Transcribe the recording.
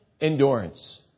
endurance